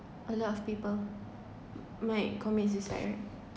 a lot of people might commit suicide right